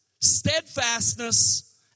steadfastness